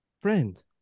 Friend